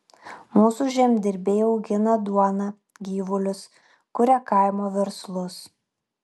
mūsų žemdirbiai augina duoną gyvulius kuria kaimo verslus